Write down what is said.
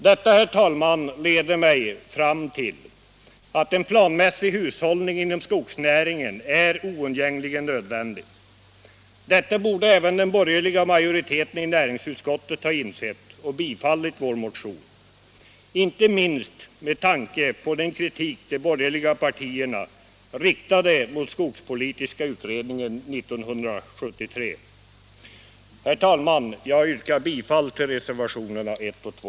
Detta, herr talman, leder mig fram till att en planmässig hushållning inom skogsnäringen är oundgängligen nödvändig. Detta borde även den borgerliga majoriteten i näringsutskottet ha insett och tillstyrkt vår motion, inte minst med tanke på den kritik de borgerliga partierna riktade mot skogspolitiska utredningen 1973. Herr talman! Jag yrkar bifall till reservationerna 1 och 2.